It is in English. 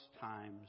times